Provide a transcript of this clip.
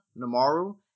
Namaru